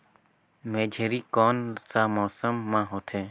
मेझरी कोन सा मौसम मां होथे?